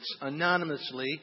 anonymously